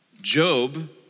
Job